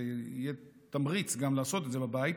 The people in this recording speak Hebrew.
זה יהיה גם תמריץ לעשות את זה בבית,